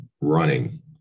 running